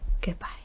Goodbye